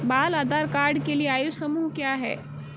बाल आधार कार्ड के लिए आयु समूह क्या है?